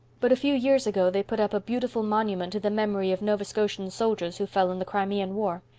but a few years ago they put up a beautiful monument to the memory of nova scotian soldiers who fell in the crimean war.